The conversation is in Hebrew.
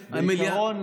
בעיקרון,